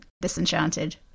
Disenchanted